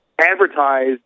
advertise